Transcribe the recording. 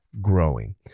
growing